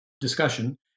discussion